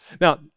Now